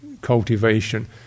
cultivation